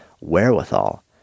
wherewithal